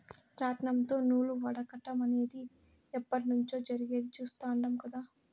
రాట్నంతో నూలు వడకటం అనేది ఎప్పట్నుంచో జరిగేది చుస్తాండం కదా